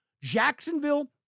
Jacksonville